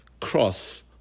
cross